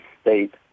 state